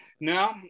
now